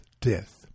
death